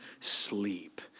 sleep